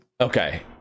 okay